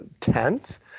tense